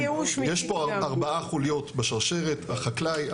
יש פה ארבע חוליות בשרשרת: החקלאי,